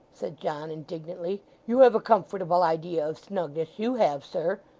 said john indignantly. you have a comfortable idea of snugness, you have, sir.